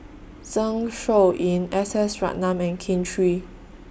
Zeng Shouyin S S Ratnam and Kin Chui